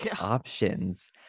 options